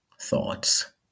thoughts